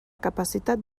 capacitat